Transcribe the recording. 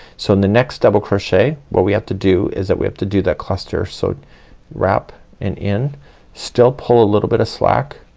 so in the next double crochet what we have to do is that we have to do that cluster. so wrap and in still pull a little bit of slack.